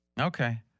Okay